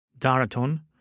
Daraton